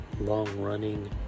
long-running